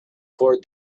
toward